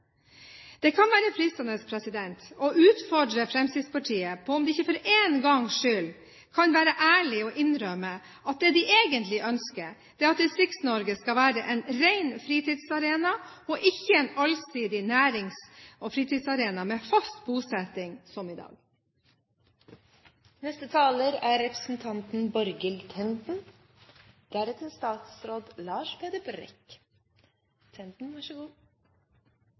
Det kan være fristende å utfordre Fremskrittspartiet på om de ikke for én gangs skyld kan være ærlige og innrømme at det de egentlig ønsker, er at Distrikts-Norge skal være en ren fritidsarena og ikke en allsidig nærings- og fritidsarena med fast bosetting som i dag. Venstres grunnleggende holdning i landbrukspolitikken er